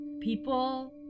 People